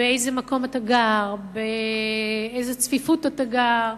באיזה מקום אתה גר, באיזו צפיפות אתה גר,